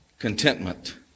Contentment